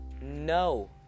No